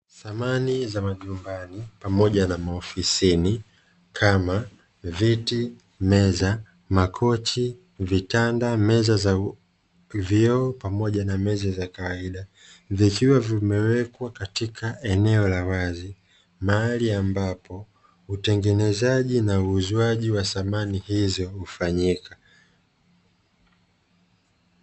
Samani za majumbani pamoja na mahosipitalini zimewekwa sehemu ambapo uuzaji wa bidhaa hizo hutumika